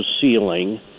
ceiling